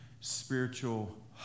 spiritual